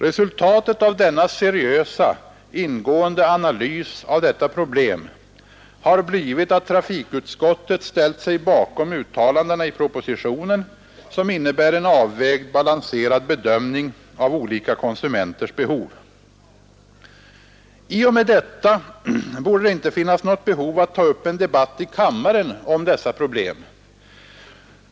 Resultatet av denna seriösa ingående analys av problemen har blivit att trafikutskottet ställt sig bakom uttalandena i propositionen, som innebär en avvägd, balanserad bedömning av olika konsumenters behov. I och med detta borde det inte finnas något behov att ta upp en debatt i kammaren om dessa problem.